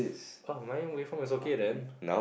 !oh! my waveform is okay then